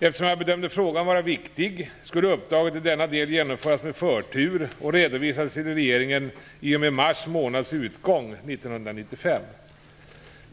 Eftersom jag bedömde frågan vara viktig skulle uppdraget i denna del genomföras med förtur och redovisas till regeringen i och med mars månads utgång 1995.